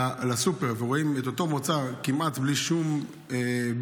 לסופר ורואים את אותו מוצר כמעט בלי שום תחרות,